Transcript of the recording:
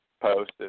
post